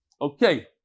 Okay